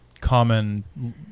common